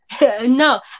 No